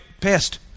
pissed